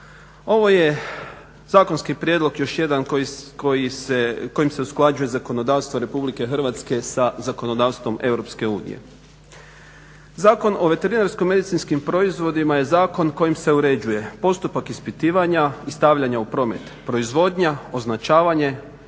Ovo je zakonski prijedlog još jedan kojim se usklađuje zakonodavstvo RH sa zakonodavstvom EU. Zakon o veterinarsko-medicinskim proizvodima je zakon kojim se uređuje postupak ispitivanja i stavljanja u promet proizvodnja, označavanje,